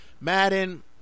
Madden